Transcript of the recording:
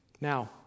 Now